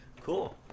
Cool